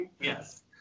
Yes